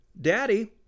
Daddy